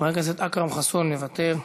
חבר הכנסת אכרם חסון, מוותר.